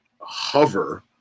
hover